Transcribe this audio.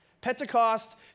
Pentecost